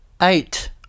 eight